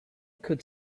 could